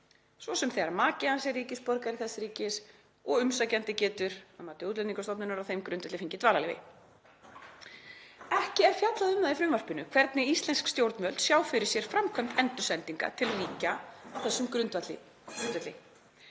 s.s. þegar maki hans er ríkisborgari þess ríkis og umsækjandi getur á þeim grundvelli fengið dvalarleyfi. Ekki er fjallað um það í frumvarpinu hvernig íslensk stjórnvöld sjá fyrir sér framkvæmd endursendinga til ríkja á þessum grundvelli